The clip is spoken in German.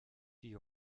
die